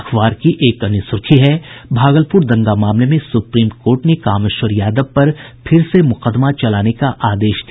अखबार की एक अन्य सुर्खी है भागलपुर दंगा मामले में सुप्रीम कोर्ट ने कामेश्वर यादव पर फिर से मुकदमा चलाने का आदेश दिया